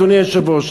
אדוני היושב-ראש,